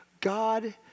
God